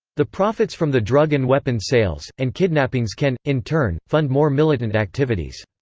the profits from the drug and weapon sales, and kidnappings can, in turn, fund more militant activities.